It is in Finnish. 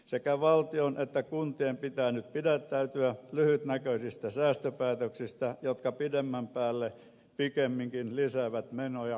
sekä valtion että kuntien pitää nyt pidättäytyä lyhytnäköisistä säästöpäätöksistä jotka pidemmän päälle pikemminkin lisäävät menoja kuin vähentävät niitä